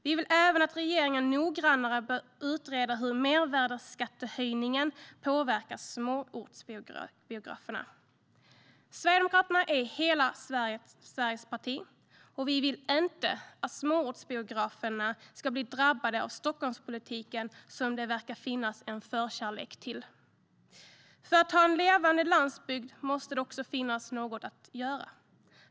Vi vill även att regeringen noggrannare utreder hur mervärdesskattehöjningen påverkar småortsbiograferna. Sverigedemokraterna är hela Sveriges parti, och vi vill inte att småortsbiograferna ska bli drabbade av Stockholmspolitiken, som det verkar finns en förkärlek för. Ska vi ha en levande landsbygd måste det också finnas något att göra.